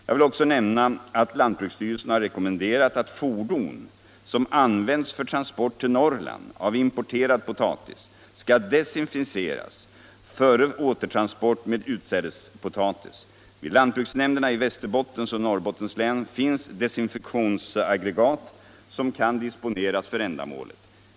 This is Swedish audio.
Jag vill också nämna att lantbruksstyrelsen har rekommenderat att fordon, som använts för transport till Norrland av importerad potatis, skall desinficeras före återtransport med utsädespotatis. Vid lantbruksnämnderna i Västerbottens och Norrbottens län finns desinfektionsaggregat som kan disponeras för ändamålet.